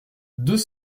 deux